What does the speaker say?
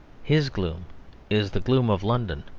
his gloom is the gloom of london,